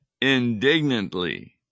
indignantly